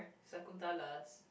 Sakunthala's